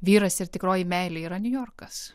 vyras ir tikroji meilė yra niujorkas